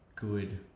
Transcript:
Good